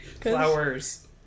Flowers